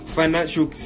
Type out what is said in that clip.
financial